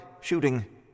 shooting